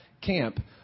camp